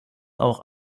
auch